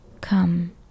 come